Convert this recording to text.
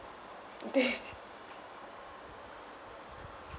thing